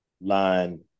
line